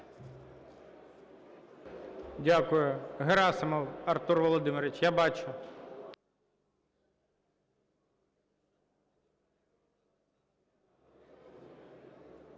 Дякую. Герасимов Артур Володимирович. Я бачу.